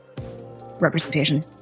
representation